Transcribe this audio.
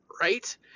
right